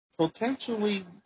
potentially